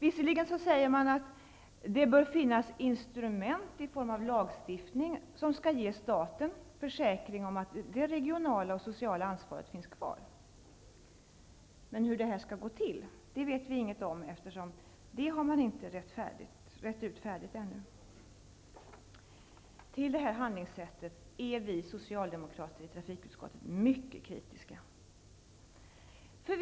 Visserligen säger man att det bör finnas instrument i form av lagstiftning som skall ge staten en försäkring att det regionala och sociala ansvaret finns kvar. Men hur detta skall gå till vet vi inget om. Det har man inte utrett färdigt ännu. Vi socialdemokrater i trafikutskottet är mycket kritiska till detta handlingssätt.